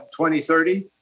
2030